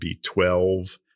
B12